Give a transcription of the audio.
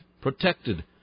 protected